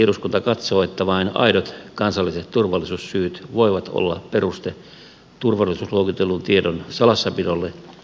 eduskunta katsoo että vain aidot kansalliset turvallisuussyyt voivat olla peruste turvallisuusluokitellun tiedon salassapidolle